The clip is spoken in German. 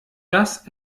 das